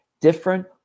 different